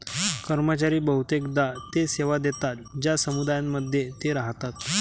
कर्मचारी बहुतेकदा ते सेवा देतात ज्या समुदायांमध्ये ते राहतात